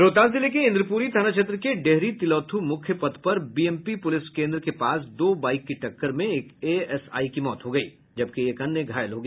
रोहतास जिले के इंद्रपुरी थाना क्षेत्र के डेहरी तिलौथ्र मुख्य पथ पर बीएमपी पुलिस केंद्र के पास दो बाइक की टक्कर में एक एएसआई की मौत हो गयी जबकि एक अन्य घायल हो गया